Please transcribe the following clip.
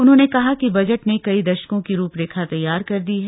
उन्होंने कहा कि बजट ने कई दशकों की रूपरेखा तैयार कर दी है